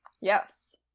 Yes